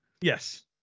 Yes